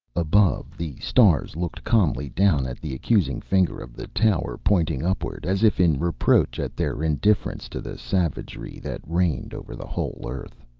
above, the stars looked calmly down at the accusing finger of the tower pointing upward, as if in reproach at their indifference to the savagery that reigned over the whole earth.